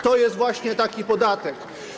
To jest właśnie taki podatek.